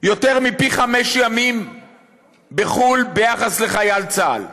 יותר מפי חמישה ימים בחו"ל ביחס לחייל צה"ל.